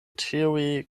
ĉiuj